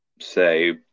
say